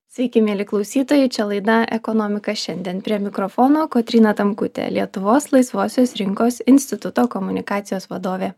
sveiki mieli klausytojai čia laida ekonomika šiandien prie mikrofono kotryna tamkutė lietuvos laisvosios rinkos instituto komunikacijos vadovė